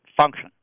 function